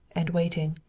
and waiting.